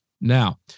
Now